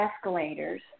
escalators